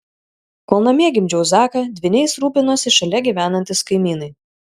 kol namie gimdžiau zaką dvyniais rūpinosi šalia gyvenantys kaimynai